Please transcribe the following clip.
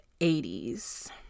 80s